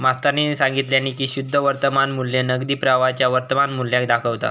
मास्तरानी सांगितल्यानी की शुद्ध वर्तमान मू्ल्य नगदी प्रवाहाच्या वर्तमान मुल्याक दाखवता